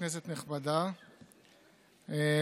כנסת נכבדה,